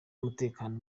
umutekano